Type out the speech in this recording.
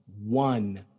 one